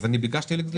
אז אני ביקשתי לגזור.